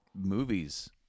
movies